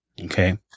okay